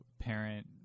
parent